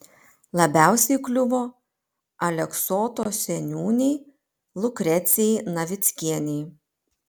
labiausiai kliuvo aleksoto seniūnei liukrecijai navickienei